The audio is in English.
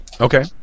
Okay